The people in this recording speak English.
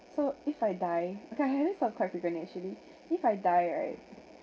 so if I die okay I have this thought quite frequently actually if I die right